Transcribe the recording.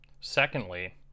Secondly